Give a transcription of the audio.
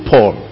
Paul